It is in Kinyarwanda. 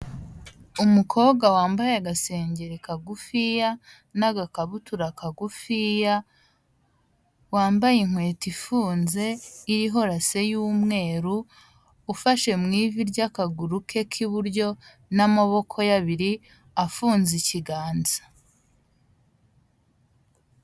Umukobwa wambaye agasengeri kagufiya n'agakabutura kagufiya, wambaye inkweto ifunze iriho rase y'umweru ufashe mu ivi ry'akaguru ke k'iburyo n'amaboko ya abiri afunze ikiganza.